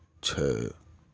چھ